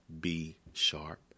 B-Sharp